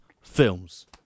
films